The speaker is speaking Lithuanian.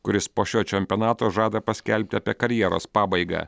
kuris po šio čempionato žada paskelbti apie karjeros pabaigą